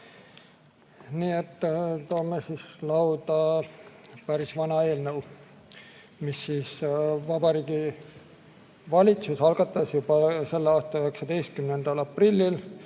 Toome siis lauda päris vana eelnõu, mille Vabariigi Valitsus algatas juba selle aasta 19. aprillil.